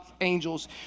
angels